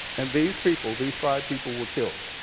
and these people, these five people were killed.